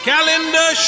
Calendar